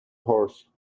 horse